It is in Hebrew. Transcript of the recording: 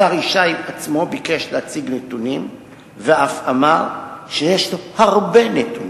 השר ישי עצמו ביקש להציג נתונים ואף אמר שיש לו הרבה נתונים.